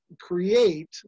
create